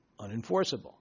unenforceable